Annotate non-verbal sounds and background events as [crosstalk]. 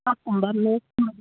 [unintelligible]